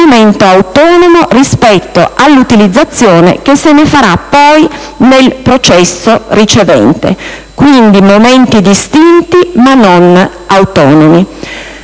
è momento autonomo rispetto all'utilizzazione che se ne farà poi nel processo ricevente. Quindi, momenti distinti, ma non autonomi.